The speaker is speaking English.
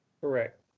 Correct